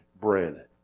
bread